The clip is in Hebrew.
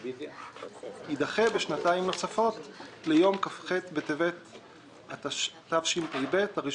יידחה בשנתיים נוספות ליום כ"ח בטבת התשפ"ב (1